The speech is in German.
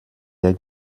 der